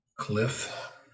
cliff